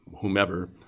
whomever